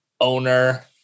owner